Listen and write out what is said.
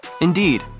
Indeed